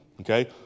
Okay